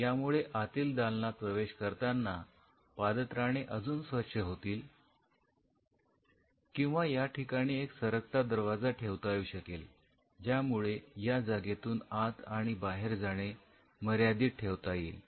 यामुळे आतील दालनात प्रवेश करताना पादत्राणे अजून स्वच्छ होतील किंवा या ठिकाणी एक सरकता दरवाजा ठेवता येऊ शकेल ज्यामुळे या जागेतून आत आणि बाहेर जाणे मर्यादित ठेवता येईल